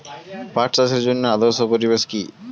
পাট চাষের জন্য আদর্শ পরিবেশ কি?